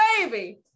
baby